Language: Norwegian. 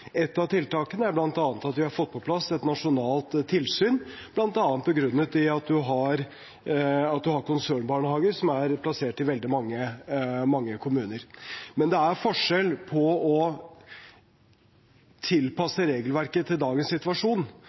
Et av tiltakene er at vi har fått på plass et nasjonalt tilsyn, bl.a. begrunnet med at man har konsernbarnehager som er plassert i veldig mange kommuner. Men det er forskjell på å tilpasse regelverket til dagens situasjon